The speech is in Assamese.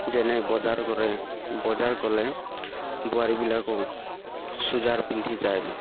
যেনে বজাৰ কৰে বজাৰ গ'লে বোৱাৰীবিলাকেও চুৰিদাৰ পিন্ধি যায়